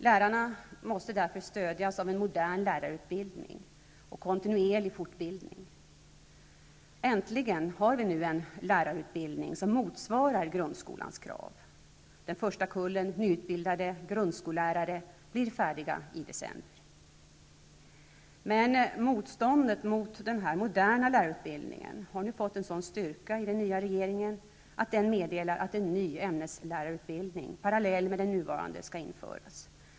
Lärarna måste därför stödjas av en modern lärarutbildning och kontinuerlig fortbildning. Äntligen har vi nu en lärarutbildning som motsvarar grundskolans krav. Den första kullen nyutbildade grundskollärare blir färdig i december. Motståndet mot den moderna lärarutbildningen har emellertid fått en sådan styrka i den nya regeringen att den meddelar att en ny ämneslärarutbildning parallell med den nuvarande, skall införas.